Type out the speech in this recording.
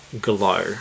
glow